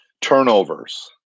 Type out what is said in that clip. Turnovers